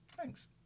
Thanks